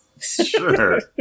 Sure